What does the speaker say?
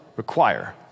require